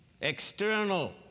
external